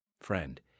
friend